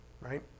Right